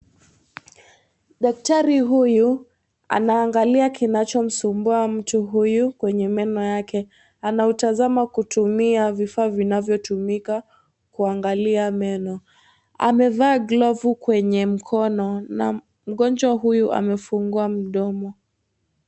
Daktari huyu anaangalia kinachomsumbua mtu huyu kwenye meno yake. Anatazama kutumia vifaa vinavyotumika kuangalia meno. Amevaa glavu kwenye mkono na mgonjwa huyu amefungua mdomo.